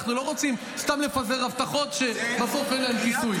אנחנו לא רוצים סתם לפזר הבטחות שבסוף אין להן כיסוי.